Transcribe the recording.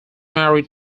married